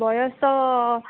ବୟସ